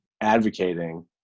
advocating